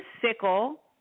sickle